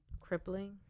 crippling